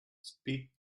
speak